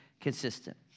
consistent